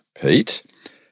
Pete